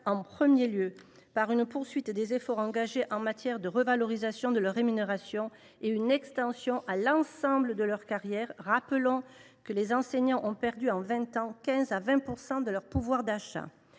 en premier lieu par une poursuite des efforts engagés en matière de revalorisation de leur rémunération, étendus à l’ensemble de leur carrière. Rappelons que les enseignants ont perdu en vingt ans 15 % à 20 % de leur pouvoir d’achat.